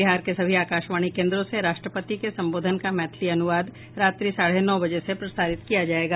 बिहार के सभी आकाशवाणी केन्द्रों से राष्ट्रपति के संबोधन का मैथिली अनुवाद रात्रि साढ़े नौ बजे से प्रसारित किया जायेगा